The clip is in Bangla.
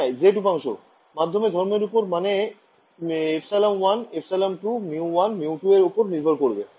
হ্যাঁ z উপাংশ মাধ্যমের ধর্মের ওপর মানে ε1 ε2 μ1 μ2 এর ওপর এটা নির্ভর করবে